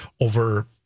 over